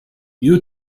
you